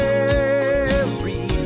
Mary